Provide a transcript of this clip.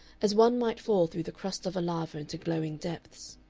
as one might fall through the crust of a lava into glowing depths.